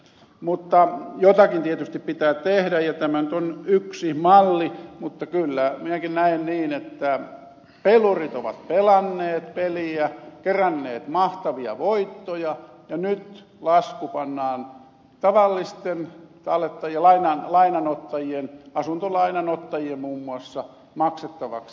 mutta jotakin tietysti pitää tehdä ja tämä nyt on yksi malli mutta kyllä minäkin näen niin että pelurit ovat pelanneet peliä keränneet mahtavia voittoja ja nyt lasku pannaan tavallisten lainanottajien asuntolainan ottajien muun muassa maksettavaksi